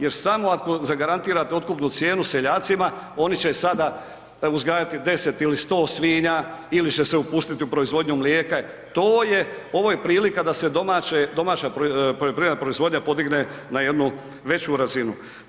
Jer samo ako zagarantirate otkupnu cijenu seljacima, oni će sada uzgajati 10 ili 100 svinja, ili će se upustiti u proizvodnju mlijeka, to je, ovo je prilika da se domaće, domaća poljoprivredna proizvodnja podigne na jednu veću razinu.